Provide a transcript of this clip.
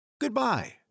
Goodbye